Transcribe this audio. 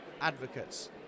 advocates